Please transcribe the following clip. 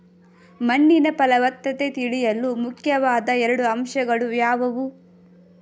ಮಣ್ಣಿನ ಫಲವತ್ತತೆ ತಿಳಿಯಲು ಮುಖ್ಯವಾದ ಎರಡು ಅಂಶಗಳು ಯಾವುವು?